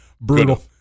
Brutal